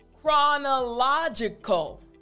Chronological